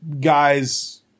guys